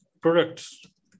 products